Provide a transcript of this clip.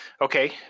Okay